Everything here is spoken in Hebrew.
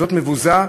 מבוזה.